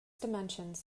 dimensions